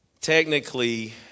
technically